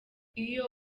iyo